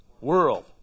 world